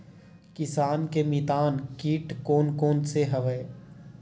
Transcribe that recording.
किसान के मितान कीट कोन कोन से हवय?